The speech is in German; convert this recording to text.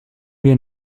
wir